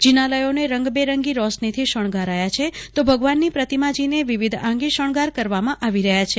જિનાલયોને રંગબેરંગી રોશનીથી શણગારાયા છે તો ભગવાનની પ્રતિમાનજીને વિવિધ આંગી શણગાર કરવામાં આવી રહ્યા છે